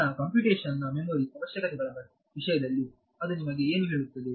ನನ್ನ ಕಂಪ್ಯೂಟೇಶನ್ ನ ಮೆಮೊರಿ ಅವಶ್ಯಕತೆಗಳ ವಿಷಯದಲ್ಲಿ ಅದು ನಿಮಗೆ ಏನು ಹೇಳುತ್ತದೆ